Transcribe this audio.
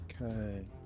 Okay